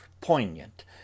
poignant